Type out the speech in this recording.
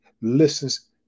listens